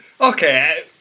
Okay